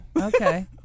Okay